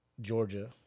Georgia